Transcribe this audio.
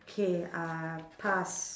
K uh pass